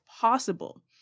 possible